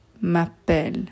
m'appelle